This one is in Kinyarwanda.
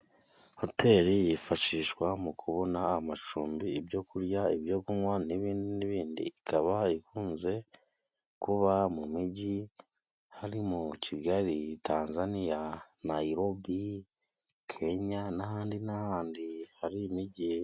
Hoteri yifashishwa mu kubona amacumbi ,ibyo kurya ibyo kunywa n'ibindi n'ibindi, ikaba ikunze kuba mu mijyi harimo: Kigali Tanzaniya ,Nayirobi Kenya n'ahandi n'ahandi hari imigi.